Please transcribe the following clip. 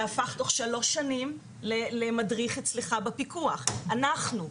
שהפך תוך שלוש שנים למדריך אצלך בפיקוח - אנחנו.